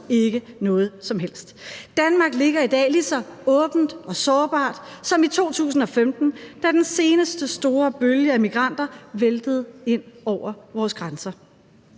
ikke noget som helst. Danmark ligger i dag lige så åbent og sårbart som i 2015, da den seneste store bølge af migranter væltede ind over vores grænser.